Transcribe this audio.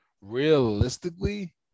realistically